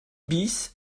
bis